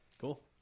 Cool